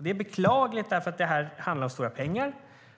Det är beklagligt eftersom det handlar om stora pengar,